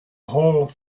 hole